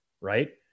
Right